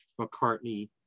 McCartney